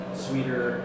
Sweeter